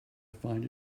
find